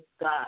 God